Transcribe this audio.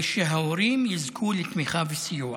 ושההורים יזכו לתמיכה וסיוע,